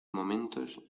momentos